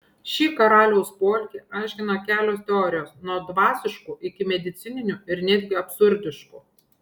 šį karaliaus poelgį aiškina kelios teorijos nuo dvasiškų iki medicininių ir netgi absurdiškų